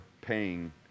paying